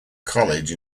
college